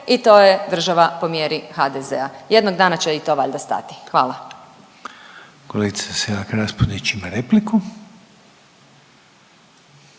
i to je država po mjeri HDZ-a. Jednog dana će i to valjda stati. Hvala. **Reiner, Željko (HDZ)** Kolegica Selak